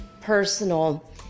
personal